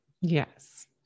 Yes